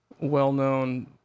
well-known